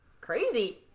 Crazy